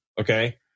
Okay